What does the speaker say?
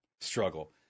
struggle